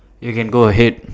you can go ahead